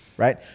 Right